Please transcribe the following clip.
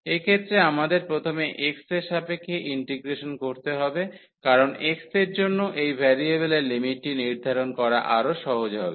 এক্ষেত্রে আমাদের প্রথমে x এর সাপেক্ষে ইন্টিগ্রেশন করতে হবে কারণ x এর জন্য এই ভেরিয়েবলের লিমিটটি নির্ধারণ করা আরও সহজ হবে